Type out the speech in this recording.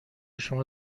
شما